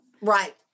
Right